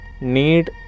Need